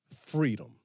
freedom